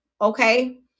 okay